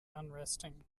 unresting